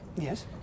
Yes